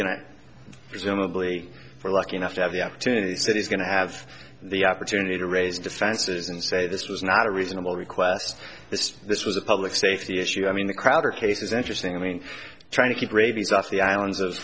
for lucky enough to have the opportunities that he's going to have the opportunity to raise defenses and say this was not a reasonable request this this was a public safety issue i mean the crowd or case is interesting i mean trying to keep rabies off the islands of